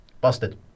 Busted